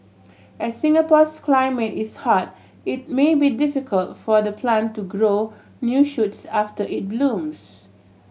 as Singapore's climate is hot it may be difficult for the plant to grow new shoots after it blooms